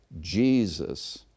Jesus